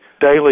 daily